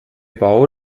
bau